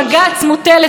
וזו כמובן,